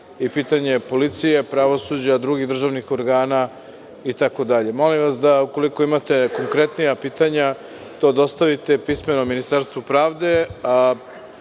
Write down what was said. i pitanje je policije, pravosuđa, drugih državnih organa itd. Molim vas da, ukoliko imate konkretnija pitanja, to dostavite pismeno ministarstvu pravde,